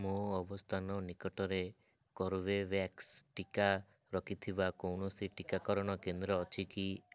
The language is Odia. ମୋ ଅବସ୍ଥାନ ନିକଟରେ କର୍ବେଭ୍ୟାକ୍ସ ଟିକା ରଖିଥିବା କୌଣସି ଟିକାକରଣ କେନ୍ଦ୍ର ଅଛି କି